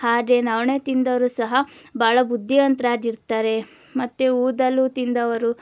ಹಾಗೆ ನವಣೆ ತಿಂದವರು ಸಹ ಭಾಳ ಬುದ್ದಿವಂತರಾಗಿರ್ತಾರೆ ಮತ್ತೆ ಊದಲು ತಿಂದವರು